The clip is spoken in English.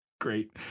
Great